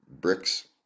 bricks